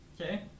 Okay